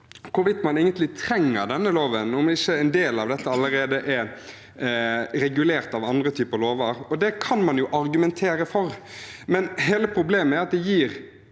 hvorvidt man egentlig trenger denne loven, om ikke en del av dette allerede er regulert av andre typer lover. Det kan man argumentere for, men hele problemet er at det å